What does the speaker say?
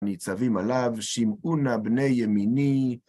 ניצבים עליו שמעו נא בני ימיני